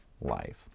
life